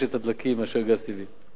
פי-חמישה ממחיר גז טבעי.